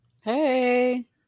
Hey